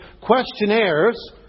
questionnaires